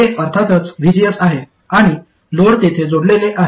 हे अर्थातच vgs आहे आणि लोड तेथे जोडलेले आहे